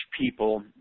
people –